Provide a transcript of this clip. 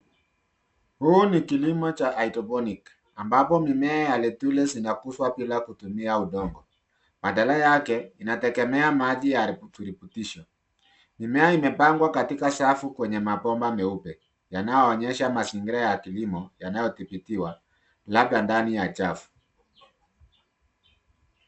Huu ni kilimo cha hydroponic ambapo mimea ya lettuce zinakuswa bila kutumia udongo badala yake inategemea maji ya virutubisho. Mimea imepangwa katika safu kwenye mapomba meupe. yanayoonyesha mazingira ya kilimo ya yanayotibitiwa labda ndani ya chafu.